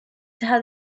had